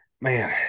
man